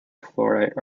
fluorite